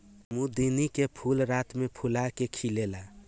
कुमुदिनी के फूल रात में फूला के खिलेला